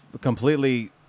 completely